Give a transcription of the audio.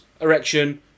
erection